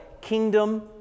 kingdom